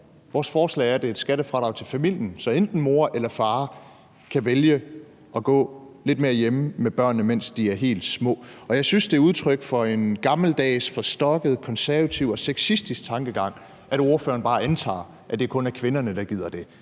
Vores forslag er, at det er et skattefradrag til familien, så enten mor eller far kan vælge at gå lidt mere hjemme med børnene, mens de er helt små. Jeg synes, det er udtryk for en gammeldags, forstokket, konservativ og sexistisk tankegang, at ordføreren bare antager, at det kun er kvinderne, der gider det.